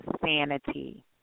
sanity